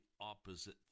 opposite